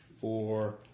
Four